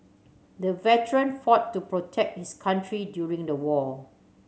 the veteran fought to protect his country during the war